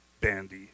bandy